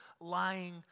lying